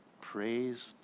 Praise